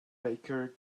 baker